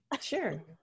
Sure